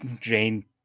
Jane